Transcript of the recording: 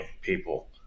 people